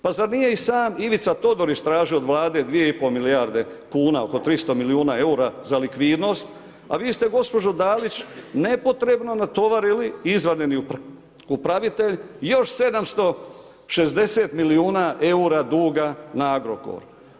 Pa zar nije sam Ivica Todorić tražio od Vlade 2,5 milijarde kuna oko 300 milijuna eura za likvidnost, a vi ste gospođo Dalić nepotrebno natovarili i izvanredni upravitelj još 760 milijuna eura duga na Agrokor.